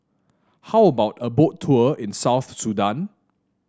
how about a Boat Tour in South Sudan